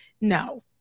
No